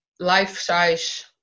life-size